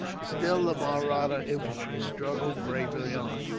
still the mahratta infantry struggled bravely on,